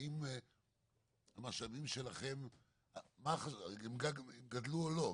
האם המשאבים שלכם גדלו או לא?